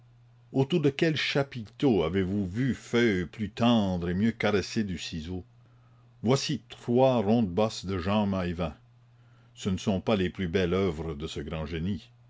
autour de quel chapiteau avez-vous vu feuilles plus tendres et mieux caressées du ciseau voici trois rondes bosses de jean maillevin ce ne sont pas les plus belles oeuvres de ce grand génie